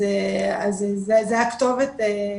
אז זו הכתובת.